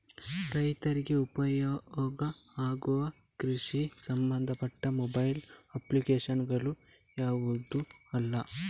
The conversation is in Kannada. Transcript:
ರೈತರಿಗೆ ಉಪಯೋಗ ಆಗುವ ಕೃಷಿಗೆ ಸಂಬಂಧಪಟ್ಟ ಮೊಬೈಲ್ ಅಪ್ಲಿಕೇಶನ್ ಗಳು ಯಾವುದೆಲ್ಲ?